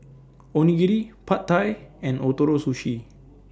Onigiri Pad Thai and Ootoro Sushi